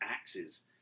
axes